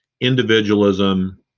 individualism